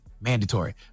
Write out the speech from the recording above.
mandatory